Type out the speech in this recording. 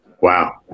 Wow